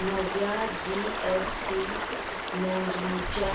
म्हज्या G S T नोंदणीच्या